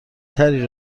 تری